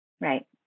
Right